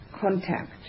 contact